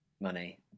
money